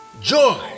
Joy